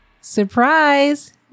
surprise